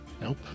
Nope